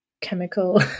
chemical